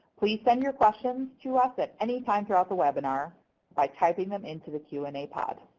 please send your questions to us at any time throughout the webinar by typing them into the q and a pod.